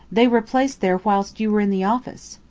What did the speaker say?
they were placed there whilst you were in the office,